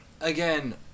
again